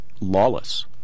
lawless